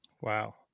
Wow